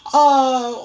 uh